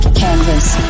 Canvas